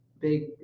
Big –